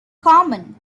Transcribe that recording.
common